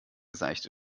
seichte